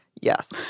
Yes